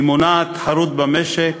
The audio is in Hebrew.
היא מונעת תחרות במשק